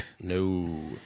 No